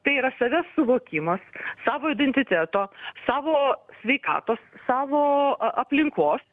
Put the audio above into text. tai yra savęs suvokimas savo identiteto savo sveikatos savo a aplinkos